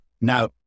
Now